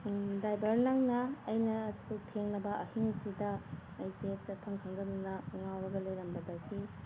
driver ꯅꯪꯅ ꯑꯩꯅ ꯑꯁꯨꯛ ꯊꯦꯡꯂꯕ ꯑꯍꯤꯡꯁꯤꯗ ꯑꯩꯁꯦ ꯆꯠꯐꯝ ꯈꯪꯗꯗꯅ ꯉꯥꯎꯔꯒ ꯂꯩꯔꯝꯕꯗꯒꯤ